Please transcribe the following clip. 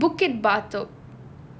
err bukit batok